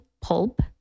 pulp